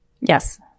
Yes